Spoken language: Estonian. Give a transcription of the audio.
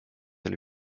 oli